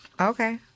Okay